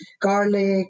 garlic